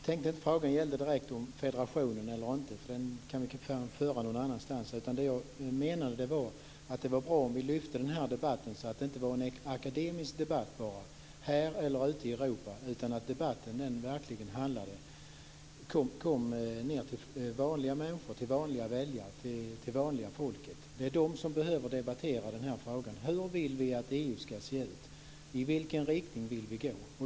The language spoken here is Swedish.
Fru talman! Frågan gällde inte direkt federation eller inte. Den debatten kan vi föra någon annanstans. Vad jag menade var att det vore bra om vi lyfte upp den här debatten så att det inte bara blev en akademisk debatt här och ute i Europa, utan så att debatten verkligen kom ned till vanliga människor och väljare. Det är de som behöver debattera frågan: Hur vill vi att EU ska se ut? I vilken riktning vill vi gå?